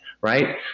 right